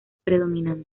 predominante